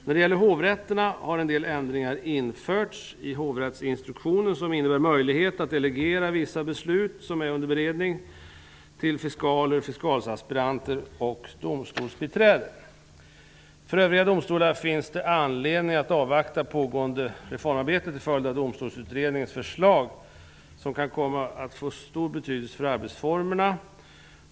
När det gäller hovrätterna har en del ändringar införts i hovrättsinstruktionen, som innebär möjlighet att delegera vissa beslut som är under beredning till fiskaler, fiskalaspiranter och domstolsbiträden. För övriga domstolar finns det anledning att avvakta pågående reformarbete till följd av Domstolsutredningens förslag, som kan komma att få stor betydelse för arbetsformerna.